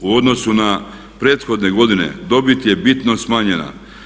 U odnosu na prethodne godine dobit je bitno smanjena.